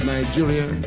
Nigeria